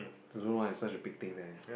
don't know why it's such a big thing there